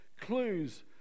clues